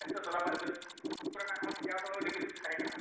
ᱟᱨ ᱱᱤᱛᱳᱜ ᱟᱛᱳ ᱠᱚᱨᱮᱱᱟᱜ ᱦᱚᱸ ᱡᱟᱣ ᱫᱚ ᱰᱤᱵᱨᱤ ᱵᱟᱹᱛᱤ ᱛᱟᱦᱮᱸ ᱠᱟᱱᱟ